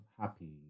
happy